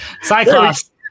Cyclops